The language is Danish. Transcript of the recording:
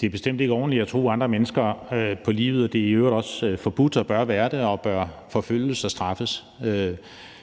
Det er bestemt ikke ordentligt at true andre mennesker på livet; det er i øvrigt også forbudt og bør være det og bør forfølges og straffes.